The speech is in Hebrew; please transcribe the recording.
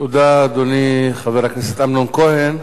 תודה, אדוני חבר הכנסת אמנון כהן.